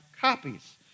copies